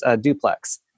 duplex